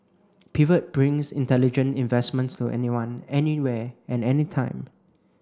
pivot brings intelligent investments to anyone anywhere and anytime